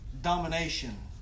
domination